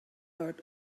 heard